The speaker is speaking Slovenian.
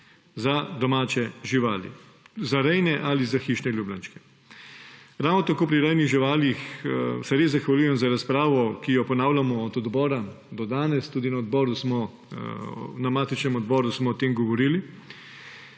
za domače živali, za rejne ali za hišne ljubljenčke. Ravno tako pri rejnih živalih, se res zahvaljujem za razpravo, ki jo ponavljamo od odbora do danes. Tudi na matičnem odboru smo o tem govorili.